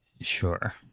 sure